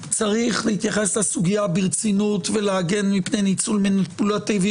שצריך להתייחס לסוגיה ברצינות ולהגן מפני ניצול מניפולטיבי